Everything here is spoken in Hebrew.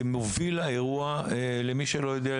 כמוביל האירוע למי שלא יודע,